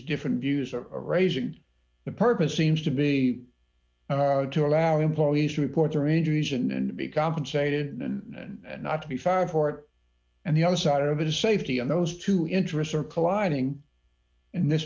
different views are raising the purpose seems to be to allow employees to report their injuries and to be compensated and not to be fired for it and the other side of it is safety and those two interests are colliding in this